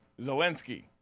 Zelensky